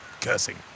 cursing